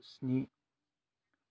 स्नि